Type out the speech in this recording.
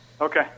Okay